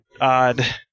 odd